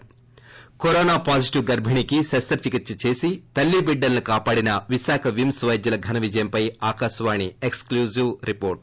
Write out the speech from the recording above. ి corona positive గర్బిణికి శస్త చికిత్స చేసి తల్లీ బిడ్డలను కాపాడిన విశాఖ విమ్స్ పైద్యుల ఘన విజయంపై ఆకాశవాణి ప్రత్యేక కదనం